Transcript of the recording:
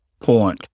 point